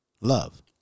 Love